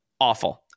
Awful